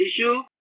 issue